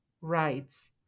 rights